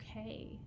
okay